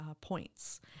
points